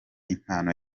impano